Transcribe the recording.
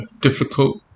difficult